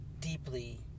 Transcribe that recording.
deeply